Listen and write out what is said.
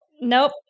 Nope